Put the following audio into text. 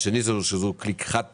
והשני הוא כלי חד פעמי.